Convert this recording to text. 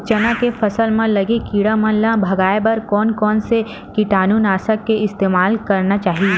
चना के फसल म लगे किड़ा मन ला भगाये बर कोन कोन से कीटानु नाशक के इस्तेमाल करना चाहि?